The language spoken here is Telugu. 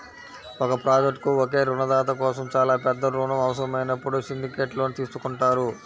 ఒక ప్రాజెక్ట్కు ఒకే రుణదాత కోసం చాలా పెద్ద రుణం అవసరమైనప్పుడు సిండికేట్ లోన్ తీసుకుంటారు